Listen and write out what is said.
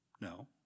No